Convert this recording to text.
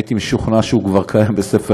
אני הייתי משוכנע שהוא כבר קיים בספר